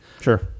Sure